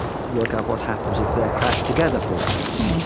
work out what happens if they are crashed together, for instance,